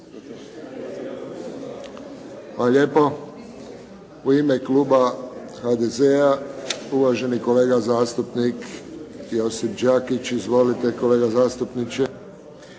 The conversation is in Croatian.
lijepo. U ime kluba HDZ-a, uvaženi kolega zastupnik Josip Đakić. Izvolite kolega zastupniče.